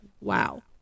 wow